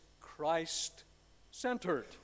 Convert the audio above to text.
Christ-centered